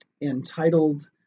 entitled